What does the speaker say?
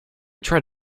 tried